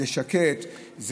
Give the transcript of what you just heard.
זה שקט,